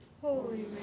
Holy